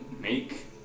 Make